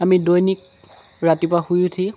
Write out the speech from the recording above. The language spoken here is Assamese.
আমি দৈনিক ৰাতিপুৱা শুই উঠি